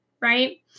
right